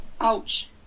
Ouch